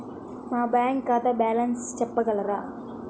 నా బ్యాంక్ ఖాతా బ్యాలెన్స్ చెప్పగలరా?